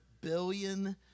billion